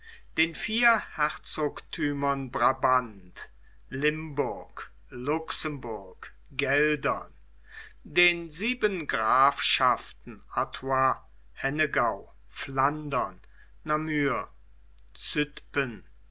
den vier herzogtümern brabant limburg luxemburg geldern den sieben grafschaften artois hennegau flandern